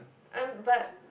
I'm but